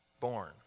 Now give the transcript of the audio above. born